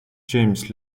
james